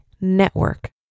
network